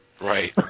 Right